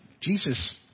Jesus